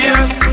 Yes